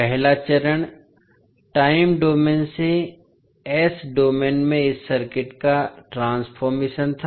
पहला चरण time domain से s डोमेन में इस सर्किट का ट्रांसफॉर्मेशन था